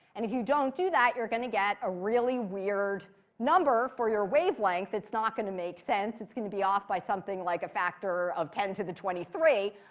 and if you don't do that, you're going to get a really weird number for your wavelength that's not going to make sense. it's going to be off by something, like, a factor of ten to the twenty three.